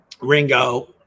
ringo